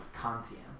Kantian